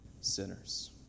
sinners